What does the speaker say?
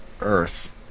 Earth